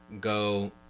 go